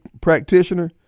practitioner